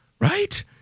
Right